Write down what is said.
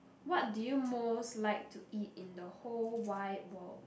what do you most like to eat in the whole wide world